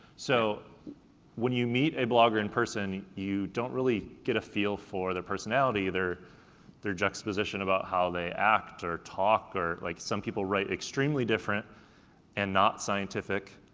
so when you meet a blogger in person, you don't really get a feel for their personality, their their juxtaposition about how they act or talk or like some people write extremely different and not scientific,